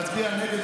אתה תתבגר.